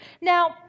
Now